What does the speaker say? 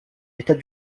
état